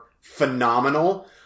phenomenal